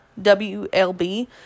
WLB